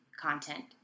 content